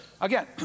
again